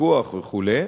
פיקוח וכו'.